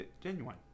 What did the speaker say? genuine